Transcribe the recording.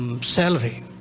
salary